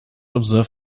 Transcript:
observe